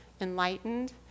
enlightened